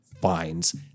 finds